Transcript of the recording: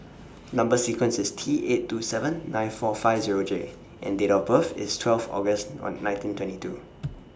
Number sequence IS T eight two seven nine four five Zero J and Date of birth IS twelfth August one nineteen twenty two